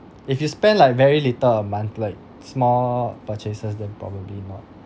if you spend like very little a month like small purchases then probably not